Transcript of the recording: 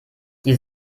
die